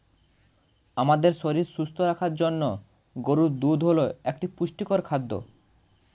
আমাদের শরীর সুস্থ রাখার জন্য গরুর দুধ হল একটি পুষ্টিকর খাদ্য